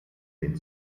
den